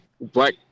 black